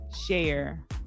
share